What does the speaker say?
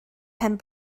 pen